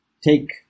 take